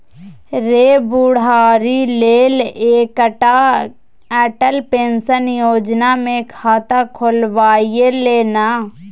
रे बुढ़ारी लेल एकटा अटल पेंशन योजना मे खाता खोलबाए ले ना